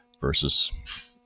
versus